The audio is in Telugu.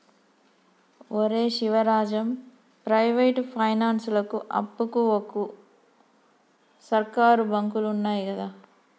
ఒరే శివరాజం, ప్రైవేటు పైనాన్సులకు అప్పుకు వోకు, సర్కారు బాంకులున్నయ్ గదా